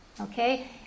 Okay